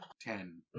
Ten